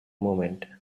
moment